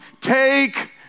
take